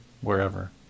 wherever